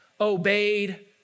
obeyed